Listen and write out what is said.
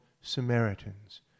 Samaritans